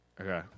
Okay